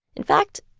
in fact,